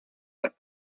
but